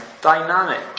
dynamic